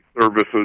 services